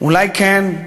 אולי כן,